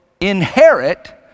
inherit